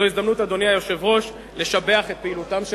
זו הזדמנות, אדוני היושב-ראש, לשבח את פעילותם של